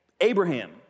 Abraham